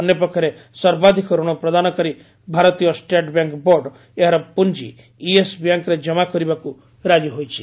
ଅନ୍ୟ ପକ୍ଷରେ ସର୍ବାଧିକ ରଣପ୍ରଦାନକାରୀ ଭାରତୀୟ ଷ୍ଟେଟ୍ବ୍ୟାଙ୍କ୍ ବୋର୍ଡ ଏହାର ପୁଞ୍ଜ ଇଏସ୍ ବ୍ୟାଙ୍କ୍ରେ ଜମା କରିବାକୁ ରାଜି ହୋଇଛି